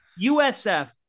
USF